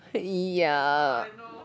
ya